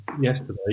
yesterday